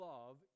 Love